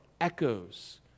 echoes